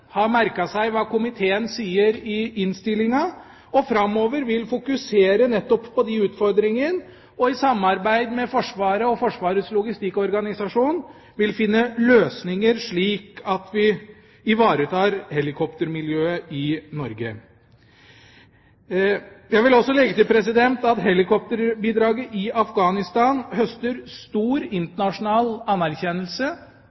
har merket seg hva komiteen sier i innstillinga, og framover vil fokusere nettopp på de utfordringene, og, i samarbeid med Forsvaret og Forsvarets logistikkorganisasjon vil finne løsninger slik at vi ivaretar helikoptermiljøet i Norge. Jeg vil også legge til at helikopterbidraget i Afghanistan høster stor